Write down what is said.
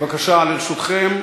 בבקשה, ברשותכם,